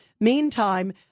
Meantime